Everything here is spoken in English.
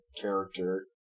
character